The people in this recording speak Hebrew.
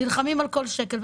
נלחמים על כל שקל,